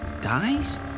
dies